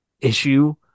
issue